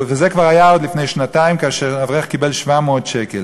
וזה כבר היה לפני שנתיים, כאשר אברך קיבל 700 שקל.